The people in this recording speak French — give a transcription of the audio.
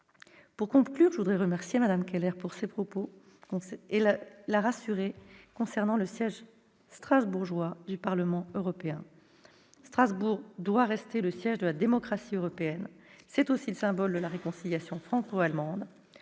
En conclusion, je tiens à remercier Mme Keller de ses propos et à la rassurer quant au siège strasbourgeois du Parlement européen. Strasbourg doit rester le siège de la démocratie européenne. C'est aussi le symbole de la réconciliation franco-allemande.